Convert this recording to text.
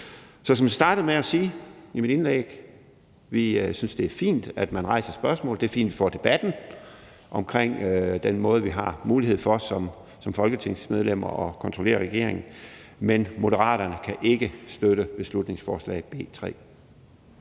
Så som jeg startede med at sige i mit indlæg, synes vi, at det er fint, man rejser spørgsmålet, og at det er fint, vi får debatten om den måde, vi som folketingsmedlemmer har mulighed for at kontrollere regeringen på. Men Moderaterne kan ikke støtte beslutningsforslag B 3.